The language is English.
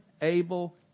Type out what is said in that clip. able